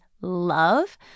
love